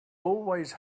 always